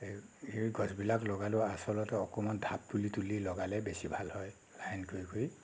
এই গছবিলাক লগালেও আচলতে অকণমান ঢাপ তুলি তুলি লগালে বেছি ভাল হয় লাইন কৰি কৰি